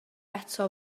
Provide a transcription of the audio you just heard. eto